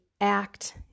act